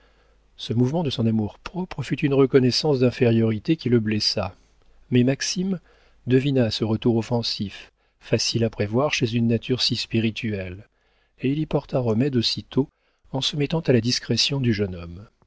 ce mouvement de son amour-propre fut une reconnaissance d'infériorité qui le blessa mais maxime devina ce retour offensif facile à prévoir chez une nature si spirituelle et il y porta remède aussitôt en se mettant à la discrétion du jeune homme